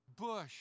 Bush